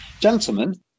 gentlemen